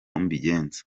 mbigenza